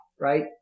right